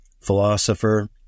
philosopher